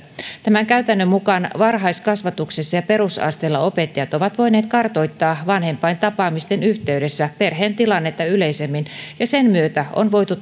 tämän käytännön mukaan varhaiskasvatuksessa ja perusasteella opettajat ovat voineet kartoittaa vanhempaintapaamisten yhteydessä perheen tilannetta yleisemmin ja sen myötä on voitu